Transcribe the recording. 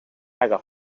caga